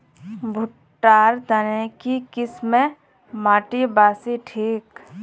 भुट्टा र तने की किसम माटी बासी ठिक?